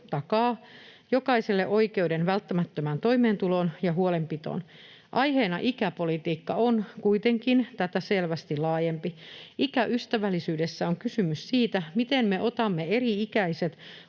jokaiselle oikeuden välttämättömään toimeentuloon ja huolenpitoon. Aiheena ikäpolitiikka on kuitenkin tätä selvästi laajempi. Ikäystävällisyydessä on kysymys siitä, miten me otamme eri-ikäiset